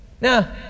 Now